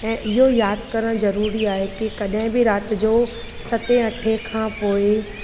ऐं इयो याद करणु जरूरी आहे कि कॾहिं बि रात जो सते अठे खां पोइ